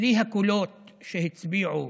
שבלי הקולות שהצביעו